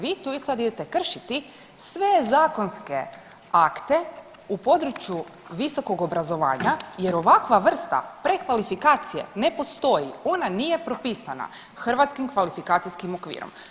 Vi tu sad idete kršiti sve zakonske akte u području visokog obrazovanja jer ovakva vrsta prekvalifikacije ne postoji, ona nije propisana Hrvatskim kvalifikacijskim okvirom.